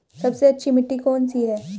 सबसे अच्छी मिट्टी कौन सी है?